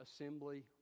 assembly